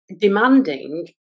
demanding